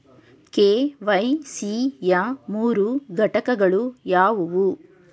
KYC ಯ ಮೂರು ಘಟಕಗಳು ಯಾವುವು?